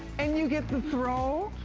and you get the throw,